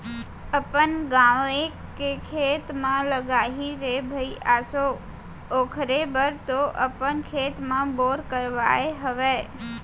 अपन गाँवे के खेत म लगाही रे भई आसो ओखरे बर तो अपन खेत म बोर करवाय हवय